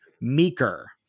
Meeker